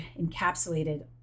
encapsulated